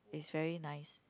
is very nice